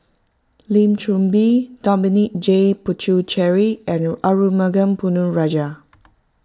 Lim Chor Pee Dominic J Puthucheary and Arumugam Ponnu Rajah